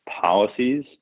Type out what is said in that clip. policies